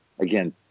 again